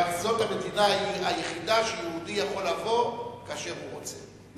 זו המדינה היחידה שיהודי יכול לבוא כשהוא רוצה.